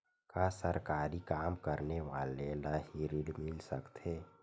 का सरकारी काम करने वाले ल हि ऋण मिल सकथे?